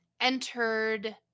entered